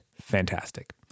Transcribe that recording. Fantastic